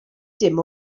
dim